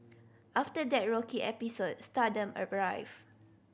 after that rocky episode stardom arrived